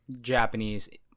Japanese